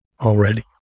already